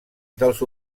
dels